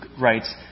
writes